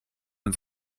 uns